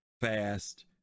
fast